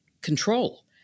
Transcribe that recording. control